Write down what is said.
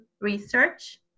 research